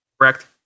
Correct